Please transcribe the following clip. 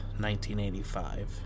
1985